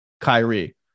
Kyrie